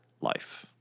life